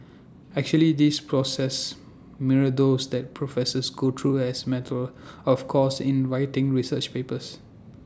actually these processes mirror those that professors go through as matter of course in writing research papers